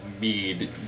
mead